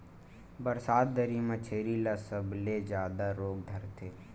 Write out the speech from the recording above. बरसात दरी म छेरी ल सबले जादा रोग धरथे